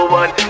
one